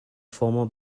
former